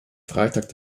freitag